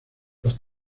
los